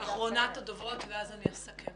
אחרונת הדוברות ואז אני אסכם.